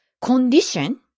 condition